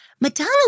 Madonna